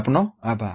તમારો આભાર